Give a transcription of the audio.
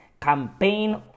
campaign